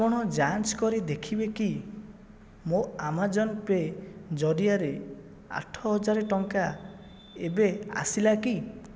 ଆପଣ ଯାଞ୍ଚ୍ କରି ଦେଖିବେକି ମୋ ଆମାଜନ୍ ପେ ଜରିଆରେ ଆଠ ହଜାର ଟଙ୍କା ଏବେ ଆସିଲା କି